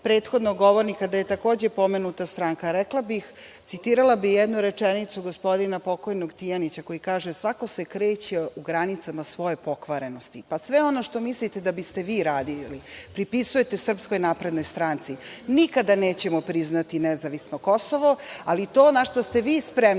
prethodnog govornika, kada je takođe pomenuta stranka, rekla bih, citirala bih jednu rečenicu gospodina, pokojnog, Tijanića, koji kaže: „Svako se kreće u granicama svoje pokvarenosti“. Sve ono što mislite da biste vi radili, pripisujete SNS.Nikada nećemo priznati nezavisno Kosovo, ali to na šta ste vi spremni